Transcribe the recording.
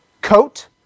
coat